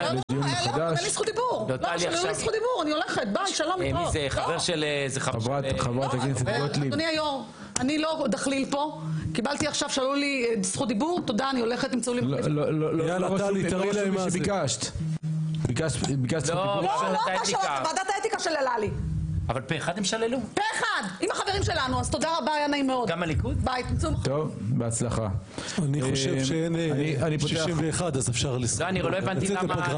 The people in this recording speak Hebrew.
ננעלה בשעה 12:03.